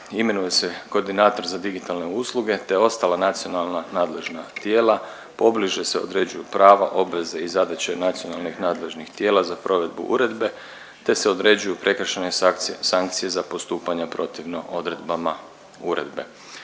imenuje se koordinator za digitalne usluge te ostala nacionalna nadležna tijela, pobliže se određuju prava, obveze i zadaće nacionalnih nadležnih tijela za provedbu uredbe te se određuju prekršajne sankcije, sankcije za postupanja protivno odredbama uredbe.